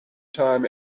time